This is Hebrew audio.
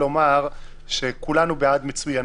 לומר שכולנו בעד מצוינות,